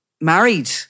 married